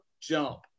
jump